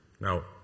Now